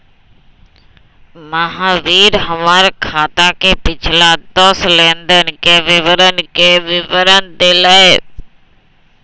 महावीर हमर खाता के पिछला दस लेनदेन के विवरण के विवरण देलय